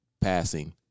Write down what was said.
passing